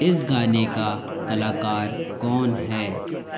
इस गाने का कलाकार कौन है